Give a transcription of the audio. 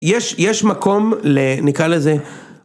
יש מקום לנקרא לזה.